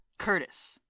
Curtis